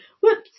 Whoops